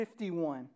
51